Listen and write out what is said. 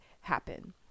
happen